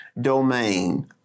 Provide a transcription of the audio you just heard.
domain